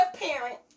parent